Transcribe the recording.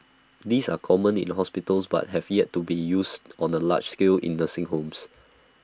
these are common in hospitals but have yet to be used on A large scale in nursing homes